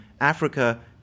Africa